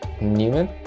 newman